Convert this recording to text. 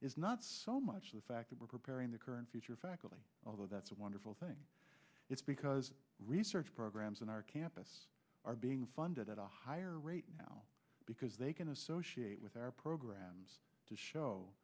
is not so much the fact that we're preparing the current future faculty although that's a wonderful thing it's because research programs in our campus are being funded at a higher rate now because they can associate with our programs to show